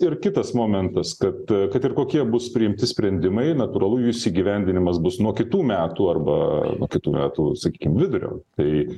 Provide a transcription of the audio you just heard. ir kitas momentas kad kad ir kokie bus priimti sprendimai natūralu jų įsigyvendinimas bus nuo kitų metų arba nuo kitų metų sakykim vidurio tai